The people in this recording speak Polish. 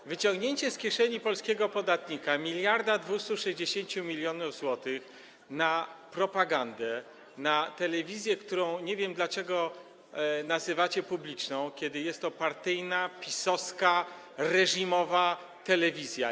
To wyciągnięcie z kieszeni polskiego podatnika 1260 mln zł na propagandę, na telewizję, którą, nie wiem dlaczego, nazywacie publiczną, kiedy jest to partyjna, PiS-owska, reżimowa telewizja.